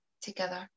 together